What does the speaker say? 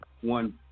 one